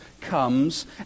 comes